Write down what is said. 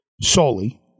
solely